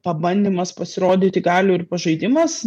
pabandymas pasirodyti galių ir pažaidimas